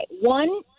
One